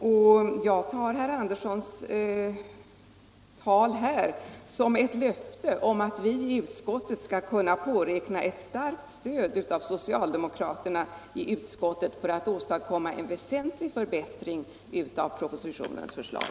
Jag tar också herr Anderssons tal här som ett löfte om att vi i utskottet skall kunna påräkna ett starkt stöd av socialdemokraterna för att åstadkomma en väsentlig förbättring av propositionens förslag.